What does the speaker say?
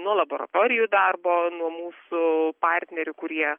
nuo laboratorijų darbo nuo mūsų partnerių kurie